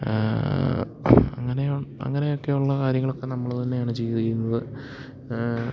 അങ്ങനെയ അങ്ങനെയൊക്കെയൊള്ള കാര്യങ്ങളൊക്കെ നമ്മള് തന്നെയാണ് ചെയ്ത് ചെയ്യുന്നത്